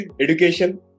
Education